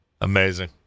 amazing